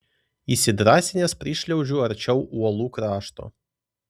įsidrąsinęs prišliaužiu arčiau uolų krašto